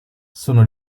sono